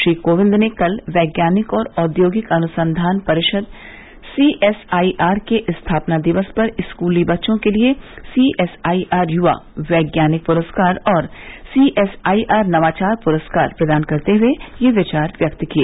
श्री कोविंद ने कल वैज्ञानिक और औद्योगिक अनुसंधान परिषद सीएसआईआर के स्थापना दिवस पर स्कूली बच्चों के लिए सीएसआईआर युवा वैज्ञानिक पुरस्कार और सीएसआईआर नवाचार पुरस्कार प्रदान करते हुए ये विचार व्यक्त किए